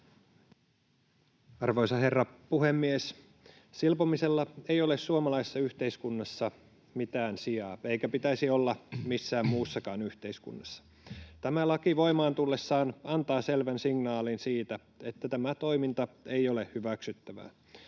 Arvoisa herra puhemies! Silpomisella ei ole suomalaisessa yhteiskunnassa mitään sijaa — eikä pitäisi olla missään muussakaan yhteiskunnassa. Tämä laki voimaan tullessaan antaa selvän signaalin siitä, että tämä toiminta ei ole hyväksyttävää.